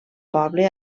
poble